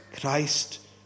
Christ